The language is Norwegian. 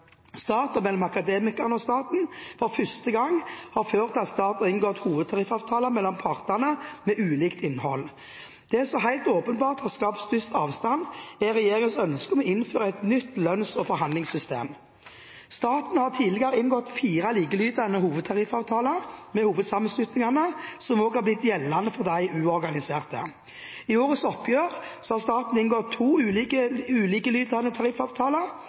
staten, LO Stat, Unio, YS Stat og Akademikerne for første gang har ført til at staten har inngått hovedtariffavtaler med partene med ulikt innhold. Det som helt åpenbart har skapt størst avstand, er regjeringens ønske om å innføre et nytt lønns- og forhandlingssystem. Staten har tidligere inngått fire likelydende hovedtariffavtaler med hovedsammenslutningene, som også har blitt gjeldende for de uorganiserte. I årets oppgjør har staten inngått to ulikelydende tariffavtaler,